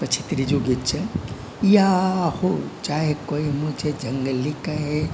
પછી ત્રીજું ગીત છે